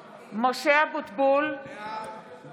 (קוראת בשמות חברי הכנסת) משה אבוטבול, בעד